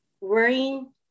worrying